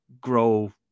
grow